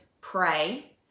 pray